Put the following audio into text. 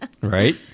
Right